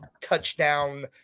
touchdown